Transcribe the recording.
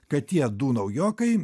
kad tie du naujokai